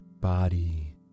body